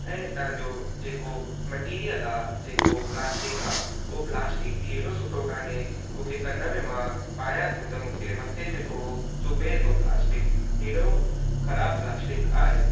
ऐं तव्हांजो जेको मटीरियल आहे जेको प्लास्टिक आहे उहो प्लास्टिक बि अहिड़ो सुठो कोन्हे मूंखे कनि में मां पायां थो त मूंखे मथे में थोरो चुभे थो प्लास्टिक हेड़ो ख़राबु प्लास्टिक आहे